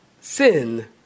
Sin